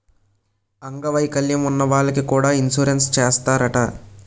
అంగ వైకల్యం ఉన్న వాళ్లకి కూడా ఇన్సురెన్సు చేస్తారట